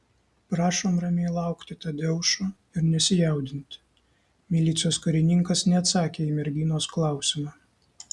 prašom ramiai laukti tadeušo ir nesijaudinti milicijos karininkas neatsakė į merginos klausimą